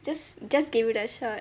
just just give it a shot